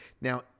Now